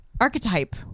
archetype